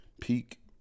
Peak